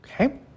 Okay